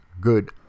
good